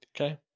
Okay